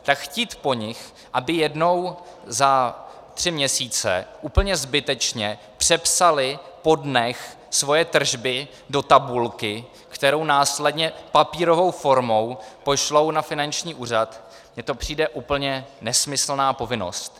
Tak chtít po nich, aby jednou za tři měsíce úplně zbytečně přepsali po dnech svoje tržby do tabulky, kterou následně papírovou formou pošlou na finanční úřad, mně to přijde úplně nesmyslná povinnost.